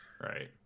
Right